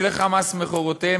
"כלי חמס מכרתיהם",